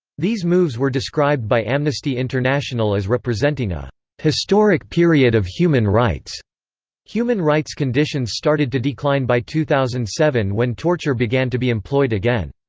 these moves were described by amnesty international as representing a historic period of human rights human rights conditions started to decline by two thousand and seven when torture began to be employed again.